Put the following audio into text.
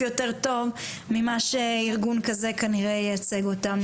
יותר טוב ממה שארגון כזה כנראה ייצג אותם.